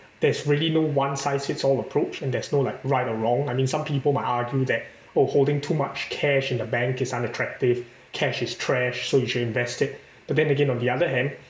there's really no one size fits all approach and there's no like right or wrong I mean some people might argue that oh holding too much cash in the bank is unattractive cash is trash so you should invest it but then again on the other hand